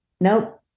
Nope